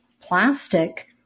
plastic